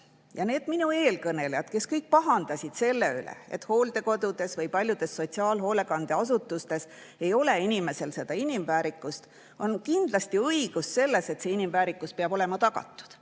Neil minu eelkõnelejail, kes kõik pahandasid selle üle, et hooldekodudes või paljudes sotsiaalhoolekandeasutustes ei ole inimesel inimväärikust, on kindlasti õigus selles, et see inimväärikus peab olema tagatud.